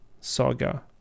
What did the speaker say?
saga